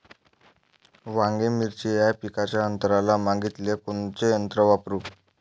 वांगे, मिरची या पिकाच्या आंतर मशागतीले कोनचे यंत्र वापरू?